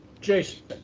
jason